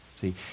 See